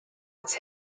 its